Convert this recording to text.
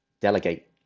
delegate